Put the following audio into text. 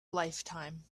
lifetime